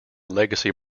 legacy